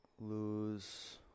lose